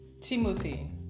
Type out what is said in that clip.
Timothy